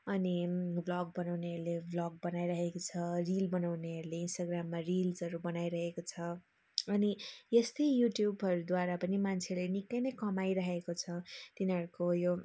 अनि भल्ग बनाउनहरूले भल्ग बनाइहरेको छ रिल बनाउनेहरूले इन्स्टाग्रामा रिल्सहरू बनाइरहेको छ अनि यस्तै युट्युबहरूद्वारा पनि मान्छेले निक्कै नै कमाइरहेको छ तिनीहरूको यो